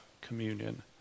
communion